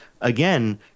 again